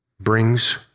brings